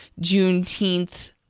Juneteenth